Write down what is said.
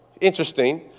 Interesting